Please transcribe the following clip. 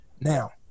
now